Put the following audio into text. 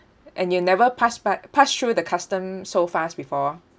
and you'll never pass by pass through the custom so fast before